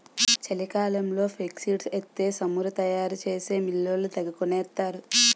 చలికాలంలో ఫేక్సీడ్స్ ఎత్తే సమురు తయారు చేసే మిల్లోళ్ళు తెగకొనేత్తరు